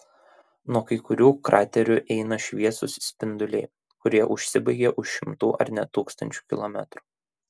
nuo kai kurių kraterių eina šviesūs spinduliai kurie užsibaigia už šimtų ar net tūkstančių kilometrų